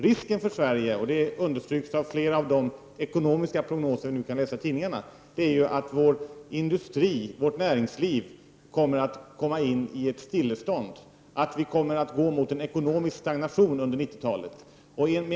Risken för Sverige — det understryks i flera ekonomiska prognoser som vi kan läsa om i tidningarna — är att vår industri, hela näringslivet kommer att hamna i ett stillestånd, att vi alltså kommer att gå in i en ekonomisk stagnation under 90-talet.